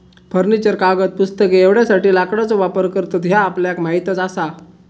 furniture, कागद, पुस्तके एवढ्यासाठी लाकडाचो वापर करतत ह्या आपल्याक माहीतच आसा